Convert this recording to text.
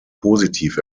positiv